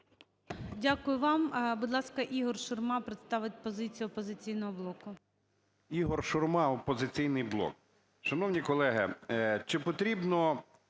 Дякую вам. Будь ласка, Ігор Шурма представить позицію "Опозиційного блоку".